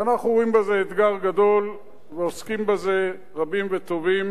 ואנחנו רואים בזה אתגר גדול ועוסקים בזה רבים וטובים,